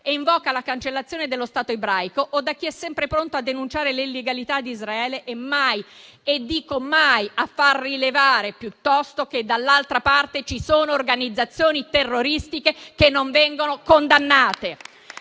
e invoca la cancellazione dello Stato ebraico, o da chi è sempre pronto a denunciare le illegalità di Israele e mai - e ripeto mai - a far rilevare, piuttosto, che dall'altra parte ci sono organizzazioni terroristiche che non vengono condannate.